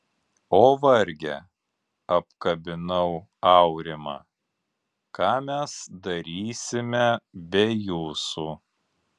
o varge apkabinau aurimą ką mes darysime be jūsų